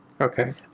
Okay